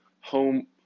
home